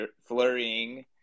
flurrying